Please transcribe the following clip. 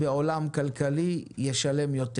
בכך שמישהו ישלם יותר.